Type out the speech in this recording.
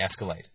escalate